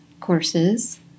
courses